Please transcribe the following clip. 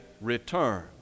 return